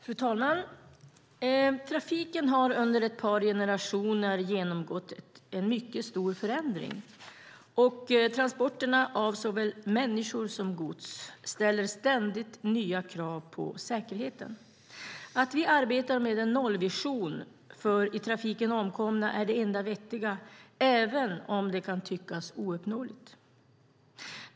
Fru talman! Trafiken har under ett par generationer genomgått en mycket stor förändring, och transporterna av såväl människor som gods ställer ständigt nya krav på säkerheten. Att vi arbetar med en nollvision för i trafiken omkomna är det enda vettiga, även om det kan tyckas ouppnåeligt.